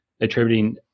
attributing